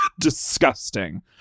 disgusting